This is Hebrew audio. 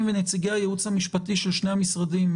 המשפטים ונציגי הייעוץ המשפטי של שני המשרדים,